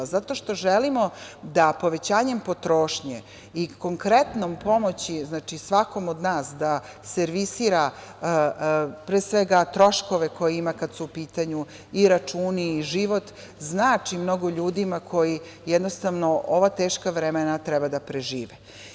Zato što želimo da povećanjem potrošnje i konkretnom pomoći svakom od nas da servisira pre svega troškove koje ima kada su u pitanju i računi i život, znači mnogo ljudima koji jednostavno ova teška vremena treba da prežive.